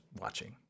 watching